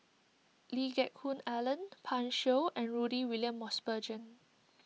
Lee Geck Hoon Ellen Pan Shou and Rudy William Mosbergen